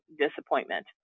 disappointment